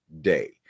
Day